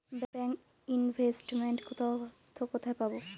Bank investment তথ্য কোথায় পাব?